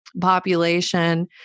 population